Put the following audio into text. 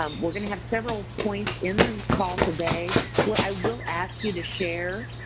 um we're gonna have several points in the call today where i will ask you to share.